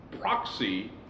proxy